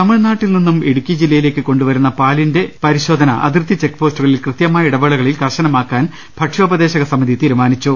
തമിഴ്നാട്ടിൽ നിന്നും ഇടുക്കി ജില്ലയിലേക്ക് കൊണ്ട് വരുന്ന പാലിന്റെ പരിശോ ധന അതിർത്തി ചെക്ക് പോസ്റ്റുകളിൽ കൃത്യമായ ഇടവേളകളിൽ കർശനമാക്കാൻ ഭക്ഷ്യാപദേശക സമിതി തീരുമാനിച്ചു